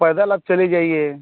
पैदल आप चले जाइए